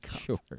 Sure